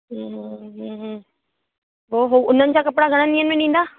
पोइ उहो उन्हनि जा कपिड़ा घणनि ॾींहंनि में ॾींदा